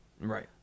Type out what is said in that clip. Right